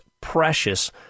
precious